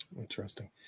Interesting